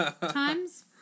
times